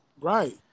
right